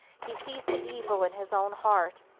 he sees the evil in his own heart,